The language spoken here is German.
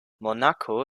monaco